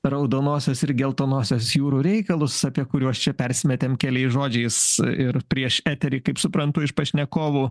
raudonosios ir geltonosios jūrų reikalus apie kuriuos čia persimetėm keliais žodžiais ir prieš eterį kaip suprantu iš pašnekovų